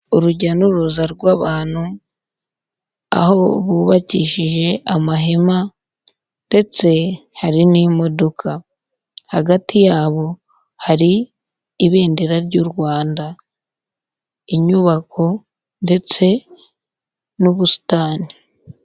Urujya n'uruza rw'abantu aho bubakishije amahema ndetse hari n'imodoka, hagati yabo hari ibendera ry'u Rwanda, inyubako ndetse n'ubusitani.